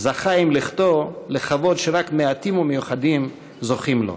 זכה עם לכתו לכבוד שרק מעטים ומיוחדים זוכים לו.